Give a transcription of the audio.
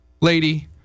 lady